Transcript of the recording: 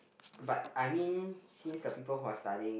but I mean since the people who are studying